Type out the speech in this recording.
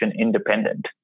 independent